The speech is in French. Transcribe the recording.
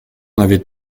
avait